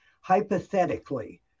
hypothetically